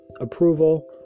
approval